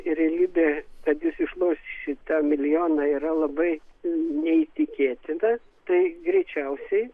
realybė kad jūs išlošit tą milijoną yra labai neįtikėtina tai greičiausiai